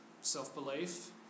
self-belief